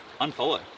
unfollow